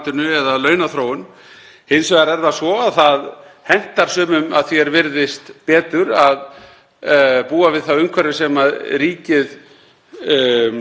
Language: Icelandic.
býður upp á og við höfum svo sem alveg nýleg dæmi um hvað það þýðir. Við sjáum bara hvað gerðist hérna í heimsfaraldrinum. Hvaðan töpuðust störfin?